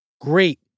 Great